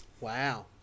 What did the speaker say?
Wow